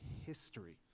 history